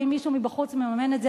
ואם מישהו מבחוץ מממן את זה,